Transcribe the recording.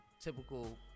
typical